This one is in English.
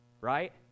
right